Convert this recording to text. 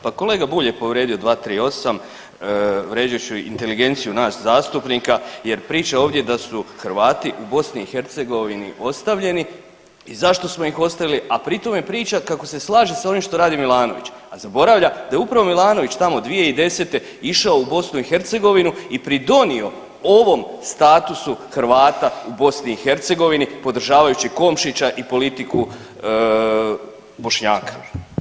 Pa kolega Bulj je povrijedio 238. vrijeđajući inteligenciju nas zastupnika jer priča ovdje da su Hrvati u BiH ostavljeni i zašto smo ih ostavili, a pri tome priča kako se slaže s ovim što radi Milanović, a zaboravlja da je upravo Milanović tamo 2010. išao u BiH i pridonio ovom statusu Hrvata u BiH podržavajući Komšića i politiku Bošnjaka.